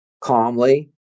calmly